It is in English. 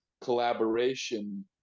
collaboration